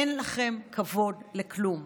אין לכם כבוד לכלום.